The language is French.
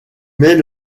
mais